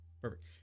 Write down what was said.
perfect